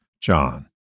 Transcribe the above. John